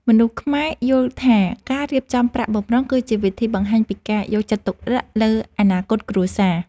មនុស្សខ្មែរយល់ថា ការរៀបចំប្រាក់បម្រុងគឺជាវិធីបង្ហាញពីការយកចិត្តទុកដាក់លើអនាគតគ្រួសារ។